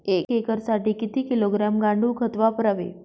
एक एकरसाठी किती किलोग्रॅम गांडूळ खत वापरावे?